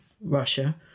Russia